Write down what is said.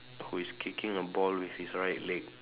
who is kicking a ball with his right leg